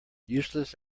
useless